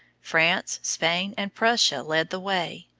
france, spain, and prussia led the way.